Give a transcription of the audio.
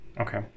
Okay